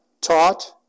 taught